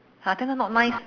ha then later not nice